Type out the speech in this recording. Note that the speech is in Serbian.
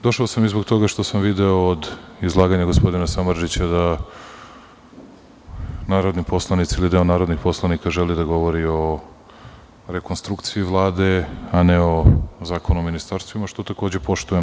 Došao sam i zbog toga što sam video iz izlaganja gospodina Samardžića da narodni poslanici ili deo njih želi da govori o rekonstrukciji Vlade, a ne o Zakonu o ministarstvima, što takođe poštujem.